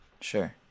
sure